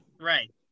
Right